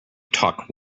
talk